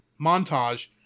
montage